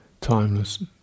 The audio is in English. timeless